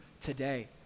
today